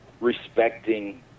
respecting